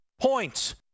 points